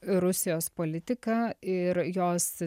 rusijos politiką ir jos